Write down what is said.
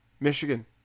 Michigan